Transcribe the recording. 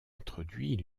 introduit